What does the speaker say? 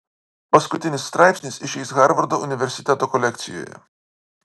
paskutinis straipsnis išeis harvardo universiteto kolekcijoje